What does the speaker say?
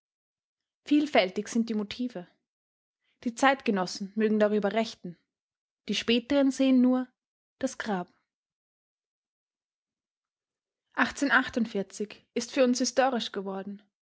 vielfältig sind die motive die zeitgenossen mögen darüber rechten die späteren sehen nur das grab ist für uns historisch geworden